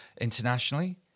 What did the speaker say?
internationally